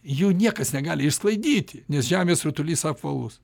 jų niekas negali išsklaidyti nes žemės rutulys apvalus